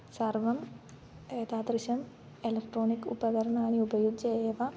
सर्वं एतादृशम् एलेक्ट्रोनिक् उपकरणानि उपयुज्य एव